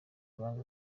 banki